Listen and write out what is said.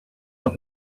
not